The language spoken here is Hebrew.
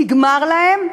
נגמר להם.